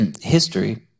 history